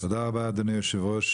תודה רבה אדוני יושב הראש,